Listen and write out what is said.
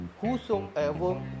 whosoever